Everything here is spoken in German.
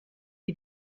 die